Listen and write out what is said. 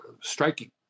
striking